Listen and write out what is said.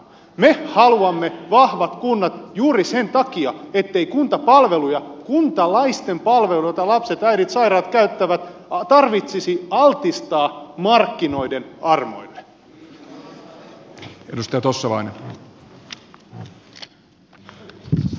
me haluamme vahvat kunnat juuri sen takia ettei kuntapalveluja kuntalaisten palveluja joita lapset äidit sairaat käyttävät tarvitsisi altistaa markkinoiden armoille